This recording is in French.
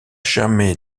jamais